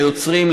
ליוצרים,